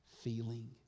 feeling